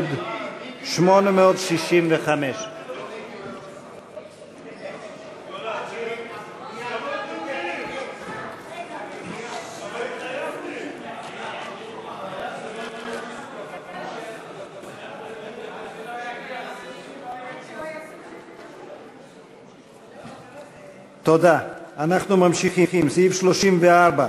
בעמוד 865. אנחנו ממשיכים, סעיף 34,